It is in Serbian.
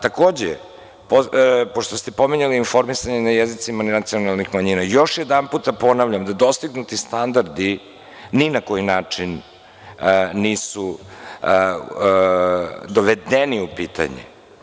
Takođe, pošto ste pominjali informisanje na jezicima nacionalnih manjina, još jedanput ponavljam da dostignuti standardi ni na koji način nisu dovedeni u pitanje.